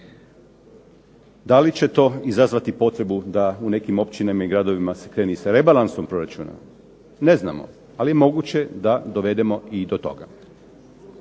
Da li će to izazvati potrebu da u nekim općinama i gradovima se krene i sa rebalansom proračuna? Ne znamo, ali je moguće da i dovedemo do toga.